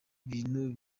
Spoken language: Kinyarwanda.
bintu